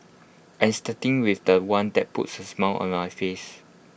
I am starting with The One that puts A smile on my face